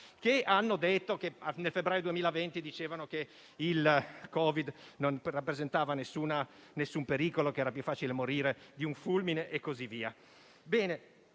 questa città, che nel febbraio 2020 dicevano che il Covid non rappresentava nessun pericolo e che era più facile morire colpiti da un fulmine e così via.